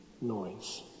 noise